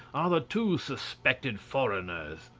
are the two suspected foreigners,